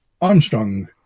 armstrong